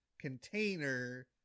container